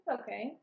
okay